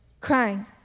crying